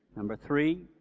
number three